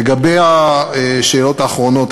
לגבי השאלות האחרונות,